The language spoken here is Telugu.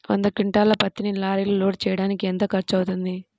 వంద క్వింటాళ్ల పత్తిని లారీలో లోడ్ చేయడానికి ఎంత ఖర్చవుతుంది?